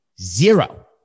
Zero